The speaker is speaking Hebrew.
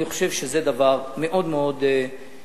אני חושב שזה דבר מאוד מאוד חשוב.